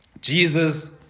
Jesus